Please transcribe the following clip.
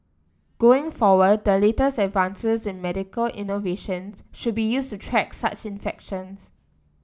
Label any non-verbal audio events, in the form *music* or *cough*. going forward the latest *unintelligible* in medical innovations should be used to track such infections